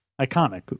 iconic